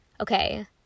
okay